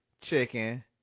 chicken